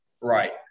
right